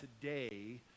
today